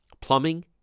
Plumbing